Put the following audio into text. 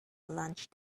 lunch